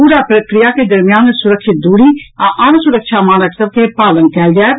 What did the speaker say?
पूरा प्रक्रिया के दरमियान सुरक्षित दूरी आ आन सुरक्षा मानक सभ के पालन कयल जायत